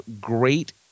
great